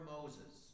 Moses